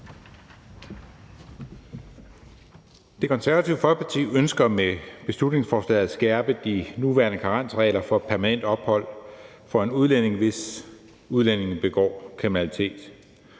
Det Konservative Folkeparti ønsker med beslutningsforslaget at skærpe de nuværende karensregler for permanent ophold for en udlænding, hvis udlændingen begår kriminalitet.